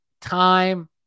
time